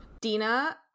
Dina